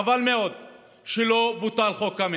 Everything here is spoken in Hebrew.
חבל מאוד שלא בוטל חוק קמיניץ,